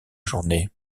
journée